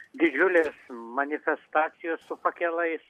didžiulė manifestacija su fakelais